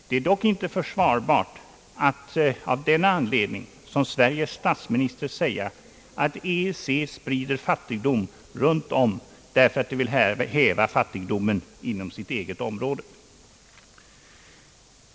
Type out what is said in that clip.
Det är dock inte försvarbart att av den anledningen — som Sveriges statsminister — säga att EEC sprider fattigdom runt om därför att den vill häva fattigdomen inom sitt eget område.